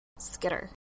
Skitter